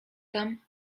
tam